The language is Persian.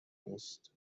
نیست